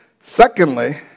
Secondly